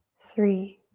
three,